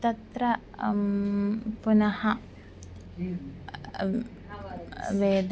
तत्र पुनः वेदाः